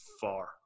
far